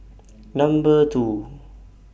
Number two